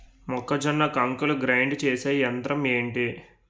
మొక్కజొన్న కంకులు గ్రైండ్ చేసే యంత్రం ఏంటి?